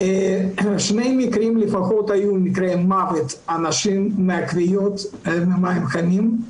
היו שני מקרים לפחות של מוות של אנשים מהכוויות ממים חמים.